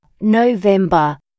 November